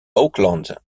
oakland